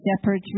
shepherds